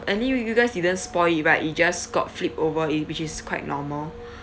I knew you guys didn't spoil right you just got flipped over it which is quite normal